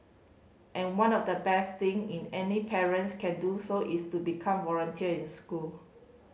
and one of the best thing in any parents can do so is to become volunteer in school